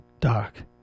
dark